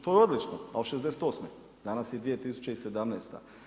To je odlično ali '68., danas je 2017.